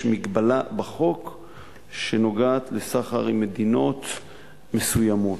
יש הגבלה בחוק שנוגעת לסחר עם מדינות מסוימות.